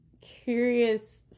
curious